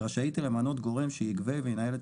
רשאית היא למנות גורם שיגבה וינהל את